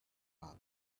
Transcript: travel